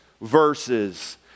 verses